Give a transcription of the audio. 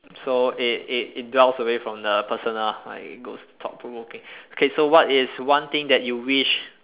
so it it it dwells away from the personal like those thought provoking okay so what is one thing that you wish